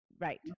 Right